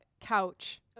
couch